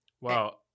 Wow